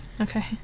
Okay